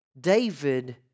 David